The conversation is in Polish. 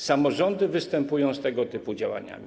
Samorządy występują z tego typu działaniami.